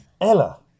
Ella